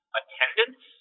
attendance